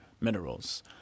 minerals